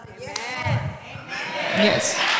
yes